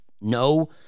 no